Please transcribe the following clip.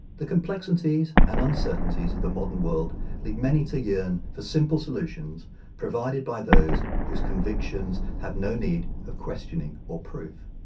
the complexity and uncertainties of the modern world lead many to yearn for simple solutions provided by those whose convictions have no need of questioning or proof.